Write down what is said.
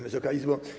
Wysoka Izbo!